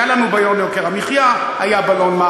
היה לנו בלון יוקר המחיה,